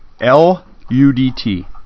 L-U-D-T